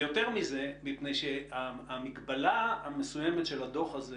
ויותר מזה, מפני שהמגבלה המסוימת של הדוח הזה